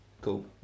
cool